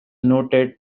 noted